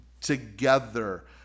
together